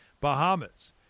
Bahamas